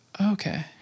Okay